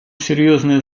серьезные